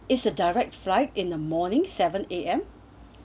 it's a direct flight in the morning seven A_M